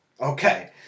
Okay